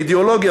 אידיאולוגיה,